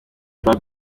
club